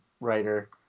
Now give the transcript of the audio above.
writer